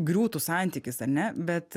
griūtų santykis ane bet